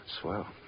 swell